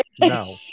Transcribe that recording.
no